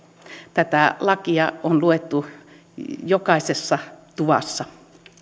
tätä lakia on luettu jokaisessa tuvassa